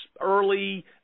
early